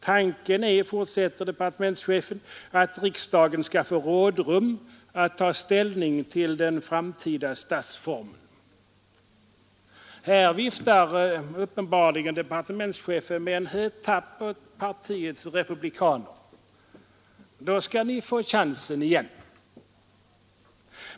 Tanken är att riksdagen skall få rådrum att ta ställning till den framtida statsformen.” Här viftar uppenbarligen departementschefen med en hötapp åt partiets republikaner: Då skall ni få chansen igen.